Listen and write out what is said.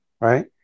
right